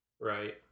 Right